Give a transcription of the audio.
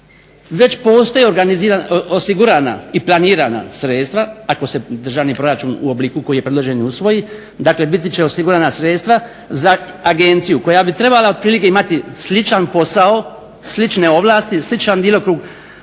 već postoje osigurana i planirana sredstva, ako se državni proračun u obliku koji je predložen i usvoji. Dakle, biti će osigurana sredstva za agenciju koja bi trebala otprilike imati sličan posao, slične ovlasti, sličan djelokrug